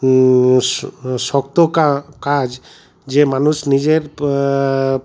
শক্ত কাজ যে মানুষ নিজের